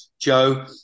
Joe